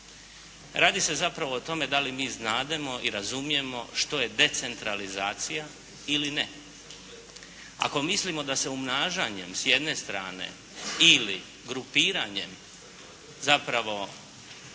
Radi se zapravo o tome da li mi znademo i razumijemo što je decentralizacija ili ne. Ako mislimo da se umnažanjem s jedne strane ili grupiranjem zapravo